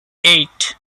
eight